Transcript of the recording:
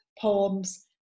poems